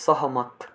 सहमत